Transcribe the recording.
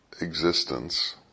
existence